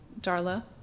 Darla